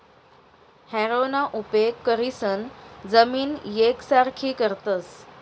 हॅरोना उपेग करीसन जमीन येकसारखी करतस